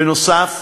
בנוסף,